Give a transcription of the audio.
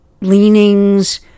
leanings